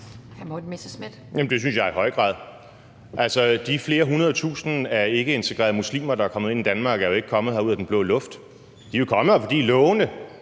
det synes jeg i høj grad. De flere hundrede tusinder af ikkeintegrerede muslimer, der er kommet ind i Danmark, er jo ikke kommet ud af den blå luft. De er jo kommet her, fordi lovene